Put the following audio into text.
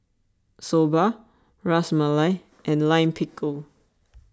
Soba Ras Malai and Lime Pickle